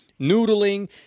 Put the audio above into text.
noodling